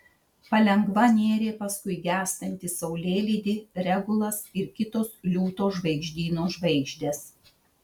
palengva nėrė paskui gęstantį saulėlydį regulas ir kitos liūto žvaigždyno žvaigždės